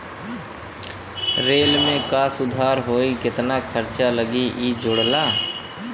rail में का सुधार होई केतना खर्चा लगी इ जोड़ला